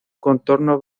contorno